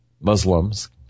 Muslims